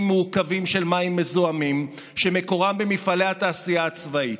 מעוקבים של מים מזוהמים שמקורם במפעלי התעשייה הצבאית.